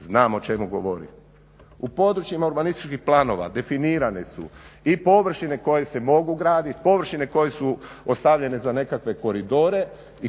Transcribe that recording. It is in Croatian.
Znam o čemu govorim. U područjima urbanističkih planova definirane su i površine koje se mogu graditi, površine koje su ostavljene za nekakve koridore i površina